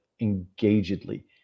engagedly